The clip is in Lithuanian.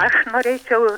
aš norėčiau